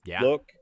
look